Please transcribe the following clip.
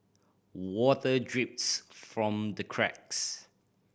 water drips from the cracks